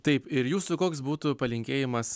taip ir jūsų koks būtų palinkėjimas